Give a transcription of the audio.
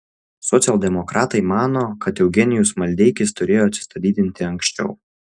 socialdemokratai mano kad eugenijus maldeikis turėjo atsistatydinti anksčiau